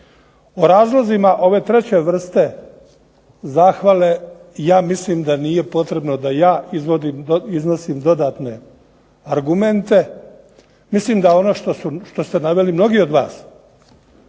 O razlozima ove treće vrste zahvale ja mislim da nije potrebno da je iznosim dodatne argumente. Mislim da ono što ste naveli mnogi od vas,